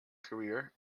career